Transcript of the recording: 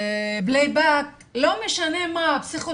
פלייבק, פסיכודרמה, לא משנה מה.